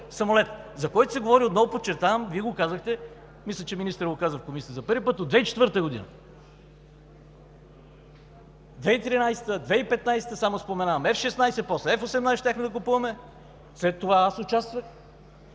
самолет, за който се говори, отново подчертавам, Вие го казахте, мисля, че и министърът го каза в Комисията – за първи път от 2004 г. 2013 г., 2015 г., само споменавам, F-16, после F-18 щяхме да купуваме, след това аз участвах,